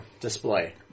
Display